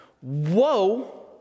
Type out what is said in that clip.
Whoa